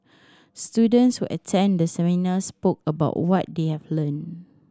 students who attended the seminar spoke about what they have learned